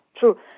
true